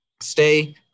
Stay